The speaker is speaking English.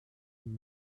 and